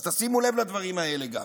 אז תשימו לב לדברים האלה גם: